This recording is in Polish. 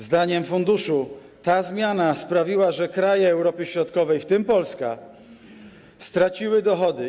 Zdaniem funduszu ta zmiana sprawiła, że kraje Europy Środkowej, w tym Polska, straciły dochody.